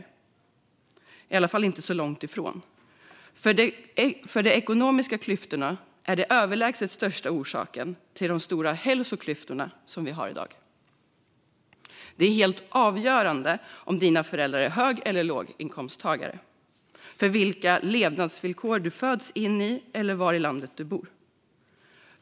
Det är i alla fall inte långt ifrån, för de ekonomiska klyftorna är den överlägset största orsaken till de stora hälsoklyftorna vi har i dag. Om dina föräldrar är hög eller låginkomsttagare och var i landet du bor är helt avgörande för vilka levnadsvillkor du föds in i.